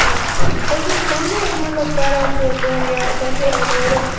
اَدٕ حظ تُہۍ تُہۍ چھُو حظ پانَے مطلب کَران سُہ کٲم یا تۄہہِ چھُو اَتہِ واریاہ